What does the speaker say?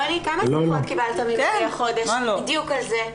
רוני, כמה שיחות קיבלת ממני החודש בדיוק על זה?